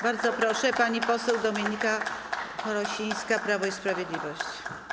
Bardzo proszę, pani poseł Dominika Chorosińska, Prawo i Sprawiedliwość.